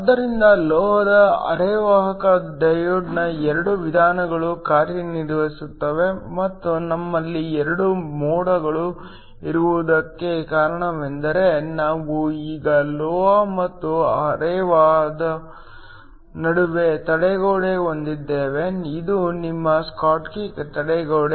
ಆದ್ದರಿಂದ ಲೋಹದ ಅರೆವಾಹಕ ಡಯೋಡ್ನ 2 ವಿಧಾನಗಳು ಕಾರ್ಯನಿರ್ವಹಿಸುತ್ತವೆ ಮತ್ತು ನಮ್ಮಲ್ಲಿ 2 ಮೋಡ್ಗಳು ಇರುವುದಕ್ಕೆ ಕಾರಣವೇನೆಂದರೆ ನಾವು ಈಗ ಲೋಹ ಮತ್ತು ಅರೆವಾಹಕದ ನಡುವೆ ತಡೆಗೋಡೆ ಹೊಂದಿದ್ದೇವೆ ಇದು ನಿಮ್ಮ ಸ್ಕಾಟ್ಕಿ ತಡೆಗೋಡೆ